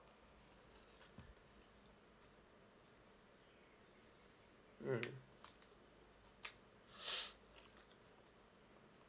mm